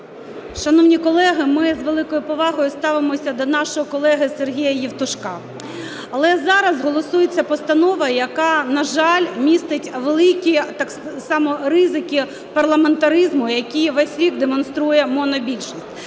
Шановні колеги, ми з великою повагою ставимося до нашого колеги Сергія Євтушка, але зараз голосується постанова, яка, на жаль, містить великі так само ризики парламентаризму, які весь рік демонструє монобільшість.